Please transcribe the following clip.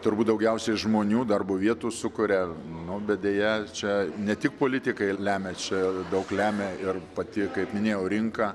turbūt daugiausiai žmonių darbo vietų sukuria nu bet deja čia ne tik politikai lemia čia daug lemia ir pati kaip minėjau rinka